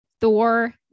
Thor